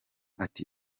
ati